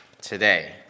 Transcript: today